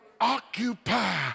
Occupy